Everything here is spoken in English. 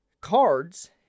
cards